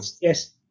Yes